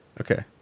Okay